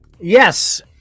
Yes